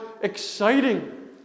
exciting